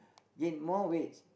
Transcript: gain more weights